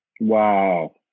Wow